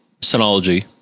Synology